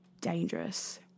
dangerous